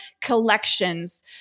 collections